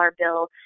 bill